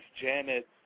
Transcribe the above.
Janet